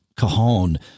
cajon